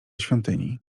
świątyni